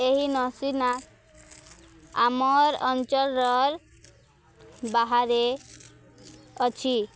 ଏହି ନସୀନ୍ନାଥ ଆମର୍ ଅଞ୍ଚଳର ବାହାରେ ଅଛି